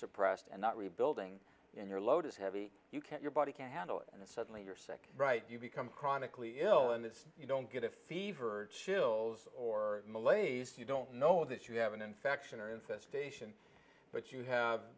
suppressed and not rebuilding your load is heavy you can't your body can handle it and suddenly you're sick right you become chronically ill and that you don't get a fever chills or malays you don't know that you have an infection or infestation but you have